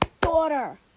daughter